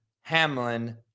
Hamlin